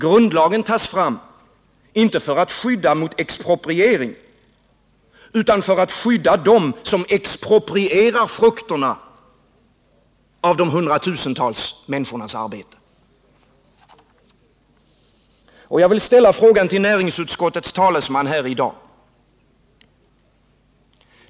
Grundlagen tas fram, inte för att skydda mot expropriering utan för att skydda dem som exproprierar frukterna av de hundratusentals människornas arbete. Jag vill ställa frågan till näringsutskottets talesman här i dag.